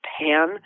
pan